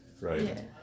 right